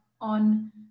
on